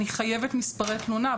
אני חייבת מספרי תלונה.